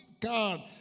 God